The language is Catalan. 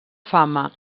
fama